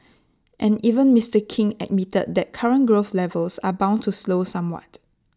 and even Mister king admitted that current growth levels are bound to slow somewhat